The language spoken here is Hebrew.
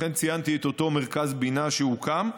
לכן ציינתי את אותו מרכז בינה שהוקם.